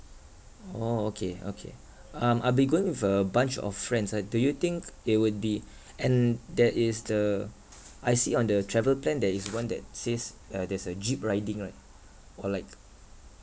orh okay okay um I'll be going with a bunch of friends ah do you think it would be and there is the I see on the travel plan there is one that says uh there's a jeep riding right or like